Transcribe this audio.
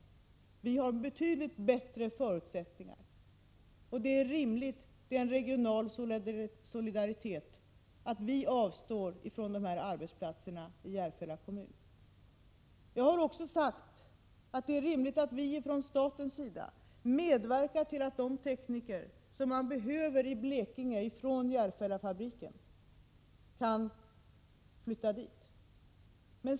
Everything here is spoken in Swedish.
Vi har betydligt bättre förutsättningar, och det är en rimlig regional solidaritet att vi avstår från dessa arbetstillfällen i Järfälla kommun. Jag har också sagt att det är rimligt att staten medverkar till att de tekniker som man i Blekinge behöver få från Järfällafabriken kan flytta till Blekinge.